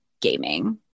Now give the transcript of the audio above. gaming